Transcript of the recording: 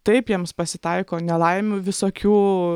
taip jiems pasitaiko nelaimių visokių